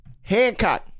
Hancock